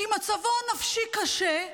כי מצבו הנפשי קשה,